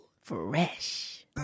Fresh